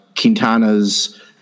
Quintana's